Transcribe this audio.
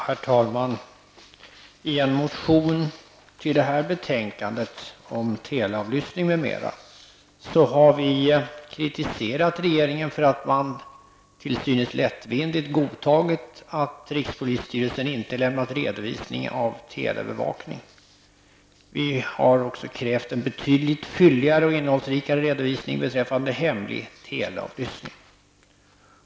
Herr talman! I en reservation till det här betänkandet om telefonavlyssning m.m. har vi kritiserat regeringen för att den till synes lättvindigt godtagit att rikspolisstyrelsen inte lämnat redovisning av telefonbevakning. Vi kräver en betydligt fylligare och innehållsrikare redovisning vad gäller hemlig telefonavlyssning.